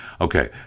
Okay